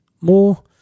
more